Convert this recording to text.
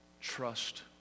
trust